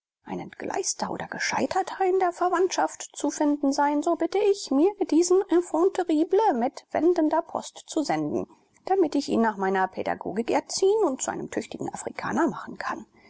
ein entgleister oder gescheiterter in der verwandtschaft zu finden sein so bitte ich mir dieses enfant terrible mit wendender post zu senden damit ich ihn nach meiner pädagogik erziehen und zu einem tüchtigen afrikaner machen kann